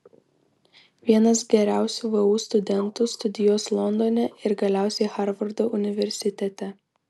vienas geriausių vu studentų studijos londone ir galiausiai harvardo universitete